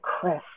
Chris